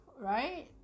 right